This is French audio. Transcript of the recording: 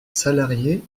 salarié